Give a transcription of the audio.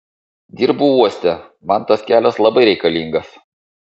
dirbu uoste man tas kelias labai reikalingas